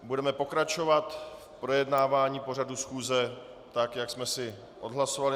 Budeme pokračovat v projednávání pořadu schůze tak, jak jsme si na začátku odhlasovali.